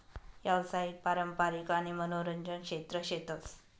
यावसायिक, पारंपारिक आणि मनोरंजन क्षेत्र शेतस